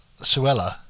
Suella